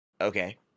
okay